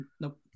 nope